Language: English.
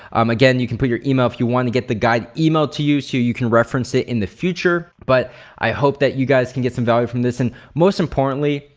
um again, you can put your email if you wanna get the guide emailed to you so you can reference it in the future but i hope that you guys can get some value from this and most importantly,